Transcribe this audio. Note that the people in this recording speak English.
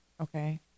okay